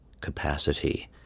capacity